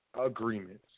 agreements